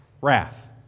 wrath